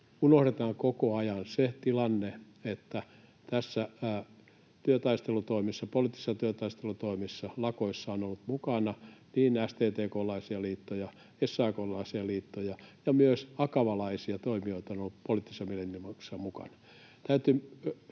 että tässä työtaistelutoimessa, poliittisessa työtaistelutoimessa, lakoissa on ollut mukana STTK:laisia liittoja, SAK:laisia liittoja, ja myös akavalaisia toimijoita on ollut poliittisissa mielenilmauksissa mukana.